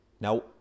Now